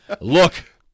Look